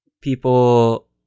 people